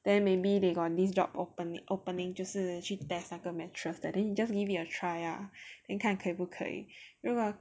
then maybe they got this job opening opening 就是去 test 那个 mattress then you just give it a try ah then 看可不可以如果